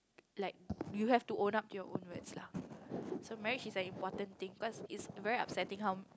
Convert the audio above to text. like you have to own up your risk lah so marriage is like important thing cause it very up siding one